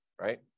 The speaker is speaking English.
right